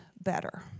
better